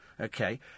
Okay